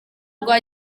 rwa